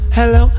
Hello